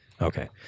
Okay